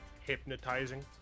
hypnotizing